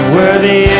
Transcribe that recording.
worthy